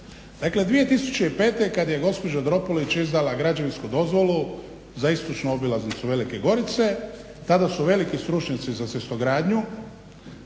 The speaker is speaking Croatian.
Dakle 2005.kad je gospođa Dropulić izdala građevinsku dozvolu za istočnu obilaznicu Velike Gorice tada su veliki stručnjaci za cestogradnju